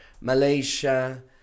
Malaysia